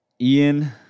Ian